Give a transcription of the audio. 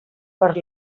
per